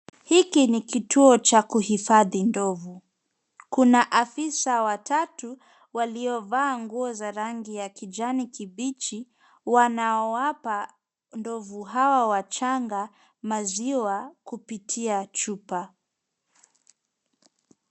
Hiki ni kituo cha kuhifadhi ndovu. Kuna afisa watatu waliovaa nguo za rangi ya kijani kibichi wanaowapa ndovu hawa wachangaa maziwa kupitia chupa.